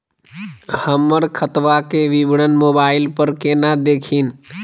हमर खतवा के विवरण मोबाईल पर केना देखिन?